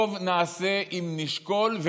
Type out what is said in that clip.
טוב נעשה אם נשקול,